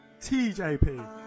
TJP